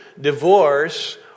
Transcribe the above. divorce